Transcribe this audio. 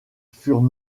furent